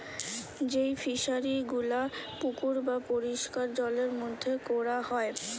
যেই ফিশারি গুলা পুকুর বা পরিষ্কার জলের মধ্যে কোরা হয়